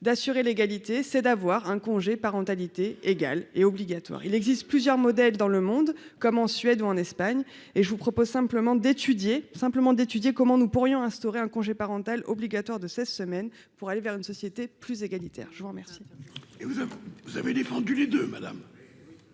d'assurer l'égalité, c'est d'avoir un congé parentalité égal et obligatoire, il existe plusieurs modèles dans le monde, comme en Suède ou en Espagne, et je vous propose simplement d'étudier simplement d'étudier comment nous pourrions instaurer un congé parental obligatoire de cette semaine pour aller vers une société plus égalitaire, je vous remercie.